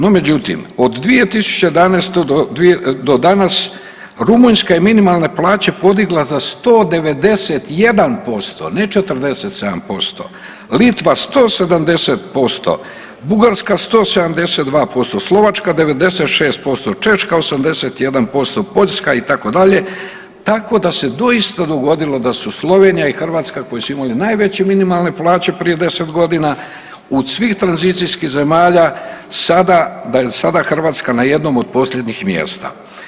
No međutim, od 2011. do danas Rumunjska je minimalne plaće podigla za 191%, ne 47%, Litva 170%, Bugarska 172%, Slovačka 96%, Češka 81%, Poljska itd., tako da se doista dogodilo da su Slovenija i Hrvatska koje su imale najveće minimalne plaće prije 10 godina od svih tranzicijskih zemalja, sada, da je sada Hrvatska na jednom od posljednjih mjesta.